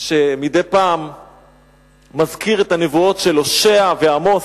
שמדי פעם מזכיר את הנבואות של הושע ועמוס,